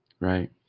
Right